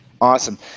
Awesome